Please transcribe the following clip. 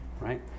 Right